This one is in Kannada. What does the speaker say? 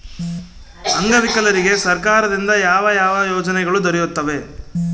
ಅಂಗವಿಕಲರಿಗೆ ಸರ್ಕಾರದಿಂದ ಯಾವ ಯಾವ ಯೋಜನೆಗಳು ದೊರೆಯುತ್ತವೆ?